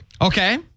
Okay